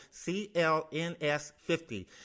CLNS50